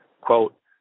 quote